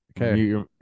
Okay